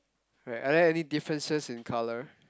right are there any differences in colour